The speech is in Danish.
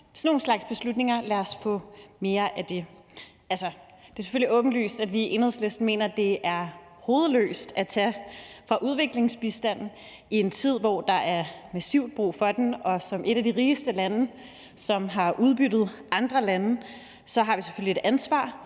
af den slags beslutninger. Det er selvfølgelig åbenlyst, at vi i Enhedslisten mener, at det er hovedløst at tage fra udviklingsbistanden i en tid, hvor der er massivt brug for den. Og som et af de rigeste lande, der har udbyttet andre lande, har vi selvfølgelig et ansvar,